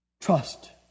Trust